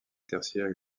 tertiaire